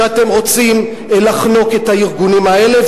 שאתם רוצים לחנוק את הארגונים האלה,